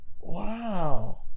Wow